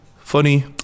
funny